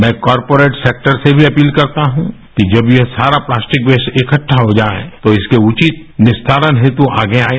मैं corporate sector से भी अपील करता हूँ कि जब ये सारा प्लास्टिक वेस्ट इकठ्या हो जाए तो इसके उचित निस्तारण हेतु आगे आयें